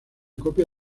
copia